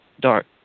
dark